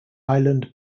island